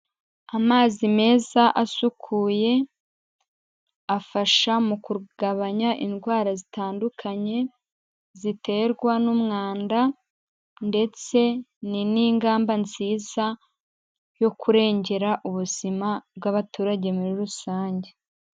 Amazi meza asukuye afasha mu kugabanya indwara zitandukanye ziterwa n'umwanda ndetse ni n'ingamba nziza yo kurengera ubuzima bw'abaturage muri rusange.